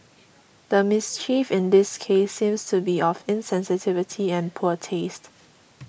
the mischief in this case seems to be of insensitivity and poor taste